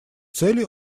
цели